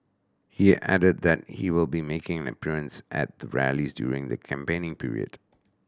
he added that he will be making an appearance at their rallies during the campaigning period